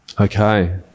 okay